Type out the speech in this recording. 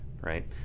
right